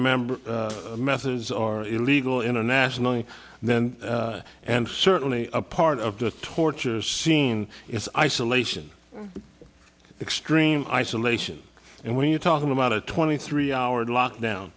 member messes are illegal internationally then and certainly a part of the torture scene is isolation extreme isolation and when you're talking about a twenty three hour lockdown